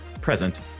present